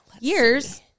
Years